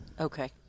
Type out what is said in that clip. Okay